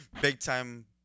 Big-time